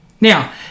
Now